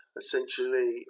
essentially